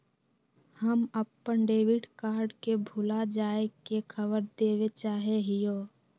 हम अप्पन debit card के भुला जाये के खबर देवे चाहे हियो